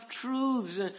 truths